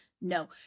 no